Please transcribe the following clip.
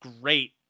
great